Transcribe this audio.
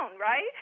right